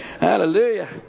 Hallelujah